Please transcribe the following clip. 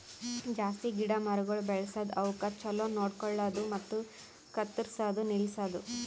ಜಾಸ್ತಿ ಗಿಡ ಮರಗೊಳ್ ಬೆಳಸದ್, ಅವುಕ್ ಛಲೋ ನೋಡ್ಕೊಳದು ಮತ್ತ ಕತ್ತುರ್ಸದ್ ನಿಲ್ಸದು